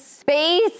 space